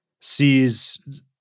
sees